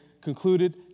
concluded